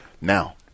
Now